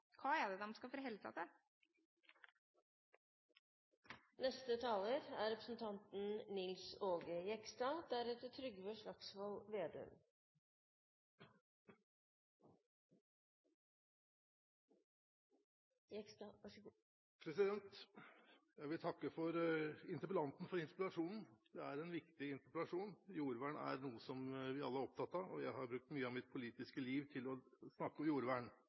skal de forholde seg til? Jeg vil takke interpellanten for interpellasjonen. Det er en viktig interpellasjon. Jordvern er noe vi alle er opptatt av, og jeg har brukt mye av mitt politiske liv til å snakke om jordvern.